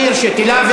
אני הרשיתי לה,